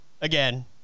again